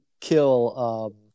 kill